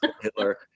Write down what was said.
Hitler